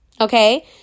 okay